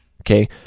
Okay